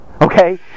Okay